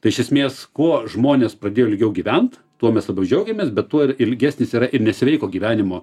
tai iš esmės kuo žmonės pradėjo ilgiau gyvent tuo mes labiau džiaugiamės bet tuo ir ilgesnis yra ir nesveiko gyvenimo